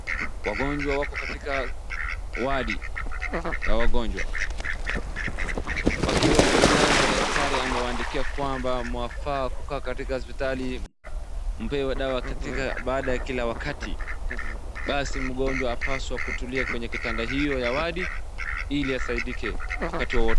Wagonjwa wako katika wadi ya wagonjwa wakiwa wamelazwa daktari amewaandikia kwamba mwafaa kukaa katika hospitali mpewe dawa katika baada ya kila wakati. Basi mgonjwa anapswa kutulia katika kitanda hiyo ya wadi ili asaidike wakati wowote.